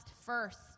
first